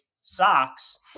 socks